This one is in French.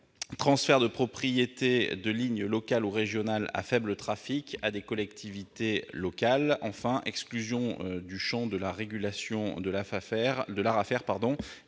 transfert de propriété de lignes locales ou régionales à faible trafic à des collectivités locales ; l'exclusion du champ de la régulation par l'Arafer